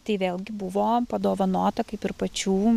tai vėlgi buvo padovanota kaip ir pačių